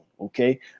okay